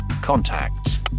Contacts